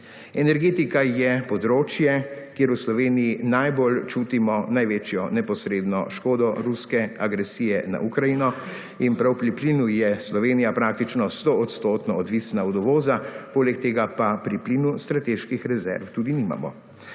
Energetika je področje, kjer v Sloveniji najbolj čutimo največjo neposredno škodo ruske agresije na Ukrajine in prav pri plinu je Slovenija praktično 100 odstotno odvisna od uvoza poleg tega pa pri plinu strateških rezerv tudi nimamo.